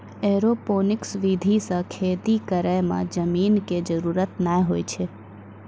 aeroponics विधि सॅ खेती करै मॅ जमीन के जरूरत नाय होय छै